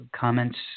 comments